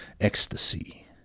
ecstasy